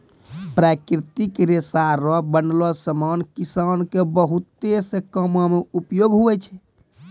प्राकृतिक रेशा रो बनलो समान किसान के बहुत से कामो मे उपयोग हुवै छै